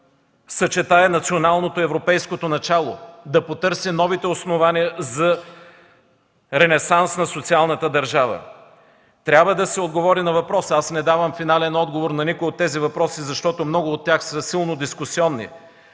съчетае националното, европейското начало, да потърси новите основания за ренесанс на социалната държава. Трябва да се отговори на въпроса. Аз не давам финален отговор на никой от тези въпроси, защото много от тях са силно дискусионни